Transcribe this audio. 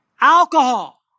Alcohol